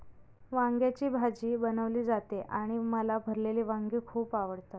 वांग्याची भाजी बनवली जाते आणि मला भरलेली वांगी खूप आवडतात